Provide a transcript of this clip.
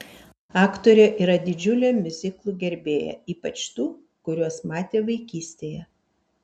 aktorė yra didžiulė miuziklų gerbėja ypač tų kuriuos matė vaikystėje